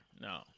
No